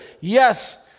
Yes